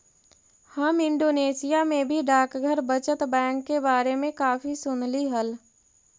हम इंडोनेशिया में भी डाकघर बचत बैंक के बारे में काफी सुनली हल